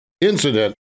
incident